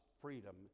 freedom